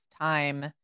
time